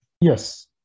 Yes